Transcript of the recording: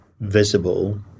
visible